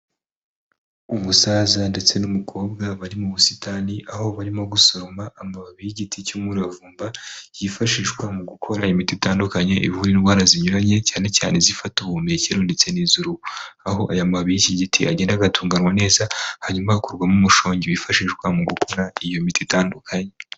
Umusaza ndetse n'umukobwa bari mu busitani aho barimo gusoroma amababi y'igiti cy'umuravumba yifashishwa mu gukora imiti itandukanye ivura indwara zinyuranye cyane cyane zifata ubuhumekero ndetse n'izuruhu ,aho aya mabi yiki giti agenda agatunganywa neza hanyuma hakurwamo umushongi wifashishwa mu gukora iyo miti itandukanye.